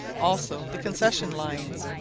also the concession-lines.